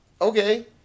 okay